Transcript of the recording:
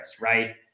right